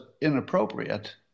inappropriate